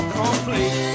complete